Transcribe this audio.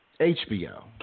HBO